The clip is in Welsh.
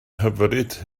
hyfryd